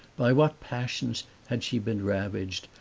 by what passions had she been ravaged,